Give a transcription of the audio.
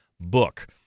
book